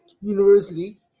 University